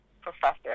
professor